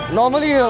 normally